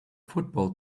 football